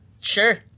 Sure